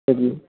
ਹਾਂਜੀ